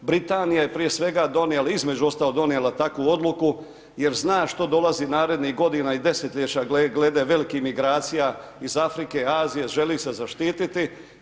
Britanija je prije svega donijela, između ostaloga donijela takvu odluku jer zna što dolazi narednih godina i desetljeća glede velikih migracija iz Afrike, Azije, želi se zaštititi.